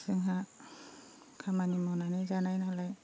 जोंहा खामानि मावनानै जानायनालाय